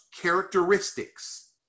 characteristics